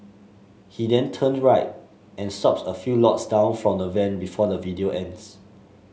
he then turn right and stop a few lots down from the van before the video ends